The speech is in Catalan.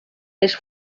les